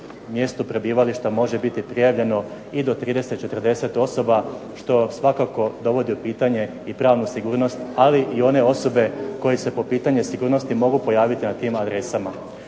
mjestu prebivališta može biti prijavljeno i do 30, 40 osoba što svakako dovodi u pitanje i pravnu sigurnost ali i one osobe koje se po pitanju sigurnosti mogu pojaviti na tim adresama.